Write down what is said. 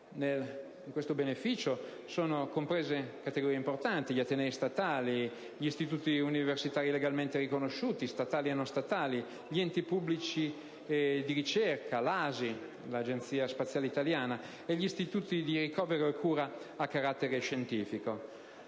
In questo beneficio sono comprese categorie importanti come gli atenei statali, gli istituti universitari legalmente riconosciuti (statali e non statali), gli enti pubblici di ricerca, l'ASI (l'Agenzia spaziale italiana) e gli istituti di ricovero e cura a carattere scientifico.